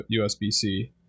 USB-C